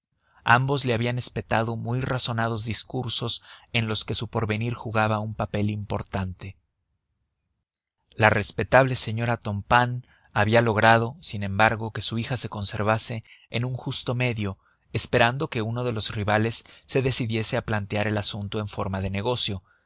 ambos le habían espetado muy razonados discursos en los que su porvenir jugaba papel importante la respetable señora tompain había logrado sin embargo que su hija se conservase en un justo medio esperando que uno de los rivales se decidiese a plantear el asunto en forma de negocio